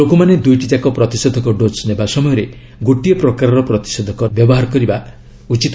ଲୋକମାନେ ଦୁଇଟିଯାକ ପ୍ରତିଷେଧକ ଡୋଜ୍ ନେବା ସମୟରେ ଗୋଟିଏ ପ୍ରକାରର ପ୍ରତିଷେଧକ ବ୍ୟବହାର କରିବା ଉଚିତ୍